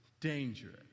dangerous